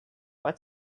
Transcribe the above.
what